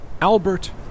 Albert